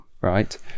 right